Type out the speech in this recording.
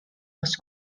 must